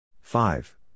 five